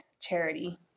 charity